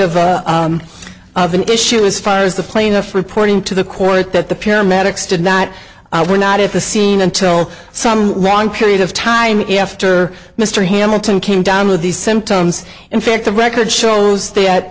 bit of an issue as far as the plaintiff reporting to the court that the paramedics did not were not at the scene until some long period of time after mr hamilton came down with these symptoms in fact the record shows that